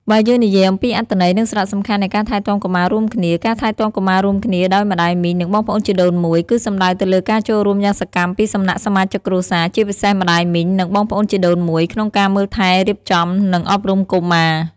បើយើងនិយាយអំពី អត្ថន័យ និងសារៈសំខាន់នៃការថែទាំកុមាររួមគ្នា ការថែទាំកុមាររួមគ្នាដោយម្ដាយមីង និងបងប្អូនជីដូនមួយ គឺសំដៅទៅលើការចូលរួមយ៉ាងសកម្មពីសំណាក់សមាជិកគ្រួសារ ជាពិសេស ម្ដាយមីង និង បងប្អូនជីដូនមួយ ក្នុងការមើលថែ រៀបចំ និងអប់រំកុមារ។